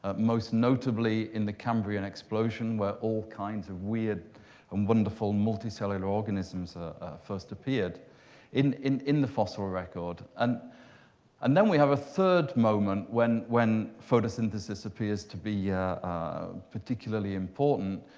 ah most notably in the cambrian explosion, where all kinds of weird and wonderful multicellular organisms first appeared in in the fossil record. and and then, we have a third moment, when when photosynthesis appears to be yeah ah particularly important,